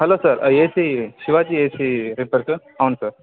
hello sir AC Shivaji AC repair sir అవును sir